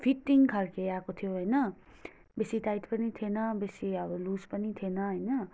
fitting खालको आएको थियो होइन बेसी टाइट पनि थिएन बेसी अब लुज पनि थिएन